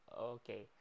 Okay